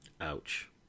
Ouch